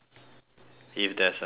if there's a need to